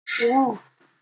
Yes